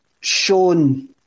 shown